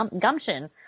gumption